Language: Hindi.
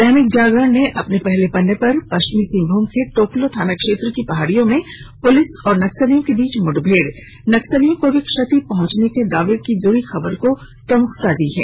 दैनिक जागरण ने अपने पहले पन्ने पर पश्चिम सिंहभूम के टोकलो थाना क्षेत्र की पहाड़ियों में पुलिस और नक्सलियों के बीच मुठभेड़ नक्सलियों को भी क्षति पहुंचने का दावा से जुड़ी खबर को प्रमुखता से छापा है